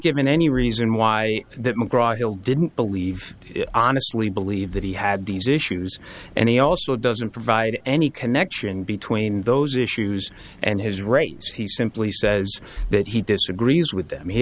given any reason why that mcgraw hill didn't believe honestly believe that he had these issues and he also doesn't provide any connection between those issues and his race he simply says that he disagrees with them he